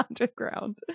underground